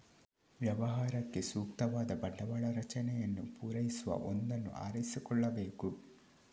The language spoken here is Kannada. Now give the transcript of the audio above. ವ್ಯವಹಾರಕ್ಕೆ ಸೂಕ್ತವಾದ ಬಂಡವಾಳ ರಚನೆಯನ್ನು ಪೂರೈಸುವ ಒಂದನ್ನು ಆರಿಸಿಕೊಳ್ಳಬೇಕು